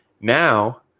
Now